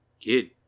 Kid